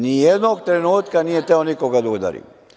Ni jednog trenutka nije hteo nikoga da udari.